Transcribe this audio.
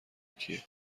کیه